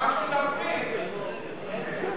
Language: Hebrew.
הוועדה המסדרת בדבר